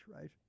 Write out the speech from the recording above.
right